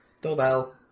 Doorbell